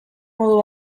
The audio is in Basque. modu